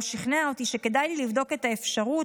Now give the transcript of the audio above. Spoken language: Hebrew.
הוא שכנע אותי שכדאי לבדוק את האפשרות,